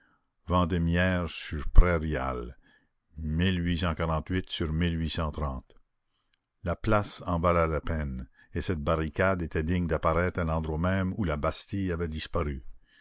vendémiaire sur prairial sur la place en valait la peine et cette barricade était digne d'apparaître à l'endroit même où la bastille avait disparu